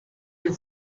you